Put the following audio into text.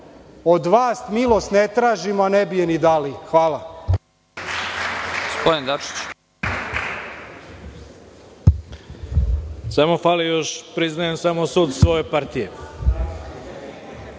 od vas milost ne tražimo, a ne bi je ni dali. Hvala.